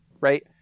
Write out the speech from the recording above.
right